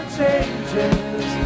changes